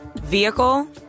Vehicle